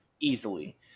Easily